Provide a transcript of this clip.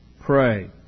Pray